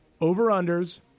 over-unders